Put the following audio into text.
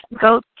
go